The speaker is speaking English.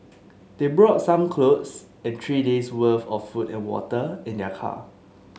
they brought some clothes and three days' worth of food and water in their car